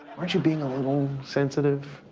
aren't you being a little sensitive?